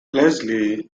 leslie